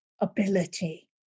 ability